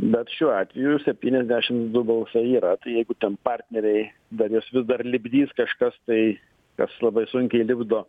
bet šiuo atveju septyniasdešimt du balsai yra tai jeigu ten partneriai dar juos vis dar lipdys kažkas tai kas labai sunkiai lipdo